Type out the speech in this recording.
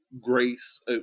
Grace